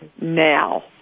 now